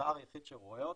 אתה היחיד שרואה אותו.